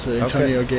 Antonio